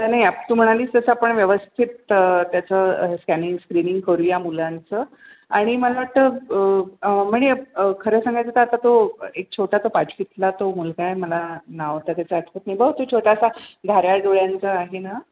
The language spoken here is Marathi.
तर नाही तू म्हणालीस तसं आपण व्यवस्थित त्याचं स्कॅनिंग स्क्रिनिंग करूया मुलांचं आणि मला वाटतं म्हणजे खरं सांगायचं तर आता तो एक छोटासा पाचवीतला तो मुलगा आहे मला नाव आता त्याचं आठवत नाही बघ तो छोटासा घाऱ्या डोळ्यांचा आहे ना